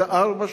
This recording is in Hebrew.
זה ארבע שנים.